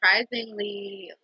surprisingly